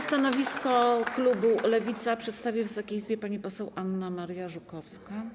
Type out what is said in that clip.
Stanowisko klubu Lewica przedstawi Wysokiej Izbie pani poseł Anna Maria Żukowska.